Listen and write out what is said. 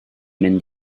mynd